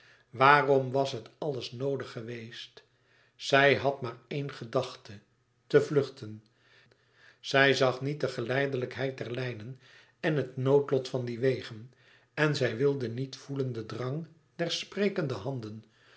waarom was het alles noodig geweest zij had maar éene gedachte te vluchten zij zag niet de geleidelijkheid der lijnen en het noodlot van die wegen en zij wilde niet voelen den drang der spokende handen